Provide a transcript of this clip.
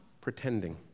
Pretending